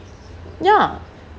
ya